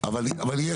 אבל יש